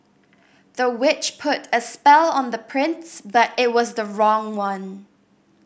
the witch put a spell on the prince but it was the wrong one